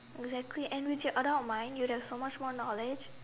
exactly and which you doubt mine you got so much more knowledge